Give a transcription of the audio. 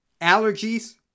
allergies